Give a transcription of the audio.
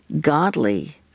godly